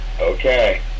Okay